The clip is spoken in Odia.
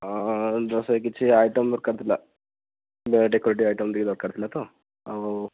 ଅ କିଛି ଆଇଟମ୍ ଦରକାର ଥିଲା ନୂଆ ଡେକୋରେଟିଭ୍ ଆଇଟମ୍ ଟିକେ ଦରକାର ଥିଲା ତ ଆଉ